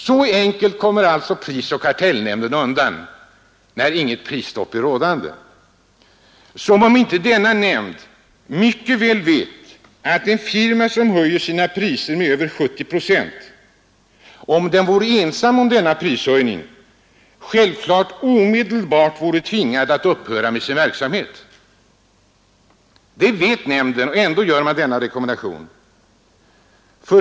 Så enkelt kommer prisoch kartellnämnden undan när inget prisstopp är rådande, som om man inte på denna nämnd mycket väl vet att en firma som höjer sina priser med över 70 procent — om den vore ensam om prishöjningen — självklart omedelbart vore tvingad att upphöra med sin verksamhet. Det vet nämnden, och ändå gör man denna rekommendation.